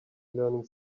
learning